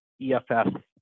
EFS